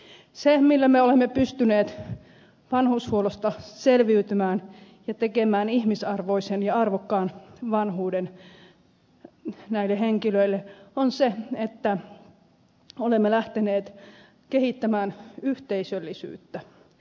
se millä me olemme pystyneet vanhushuollosta selviytymään ja tekemään ihmisarvoisen ja arvokkaan vanhuuden näille henkilöille on se että olemme lähteneet kehittämään yhteisöllisyyttä